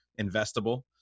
investable